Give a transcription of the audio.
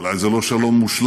אולי זה לא שלום מושלם,